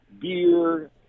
beer